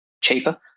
cheaper